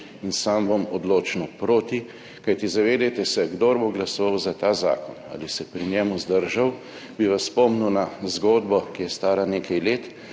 in sam bom odločno proti, kajti zavedajte se, kdor bo glasoval za ta zakon ali se pri njem vzdržal, bi vas spomnil na zgodbo, ki je stara nekaj let,